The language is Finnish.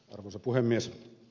arvoisa puhemies